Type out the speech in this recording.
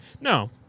no